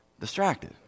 distracted